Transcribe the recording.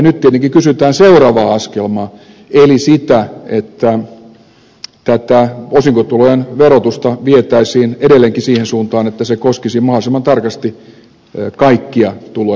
nyt tietenkin kysytään seuraavaa askelmaa eli sitä että osinkotulojen verotusta vietäisiin edelleenkin siihen suuntaan että se koskisi mahdollisimman tarkasti kaikkia tuloja